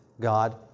God